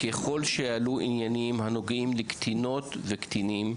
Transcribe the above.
ככל שיעלו ענייניים, שנוגעים לקטינות ולקטינים,